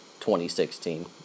2016